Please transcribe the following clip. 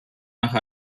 nach